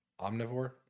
Omnivore